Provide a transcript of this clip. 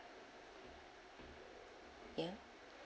yeah